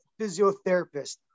physiotherapist